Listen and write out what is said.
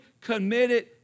committed